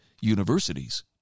universities